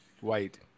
White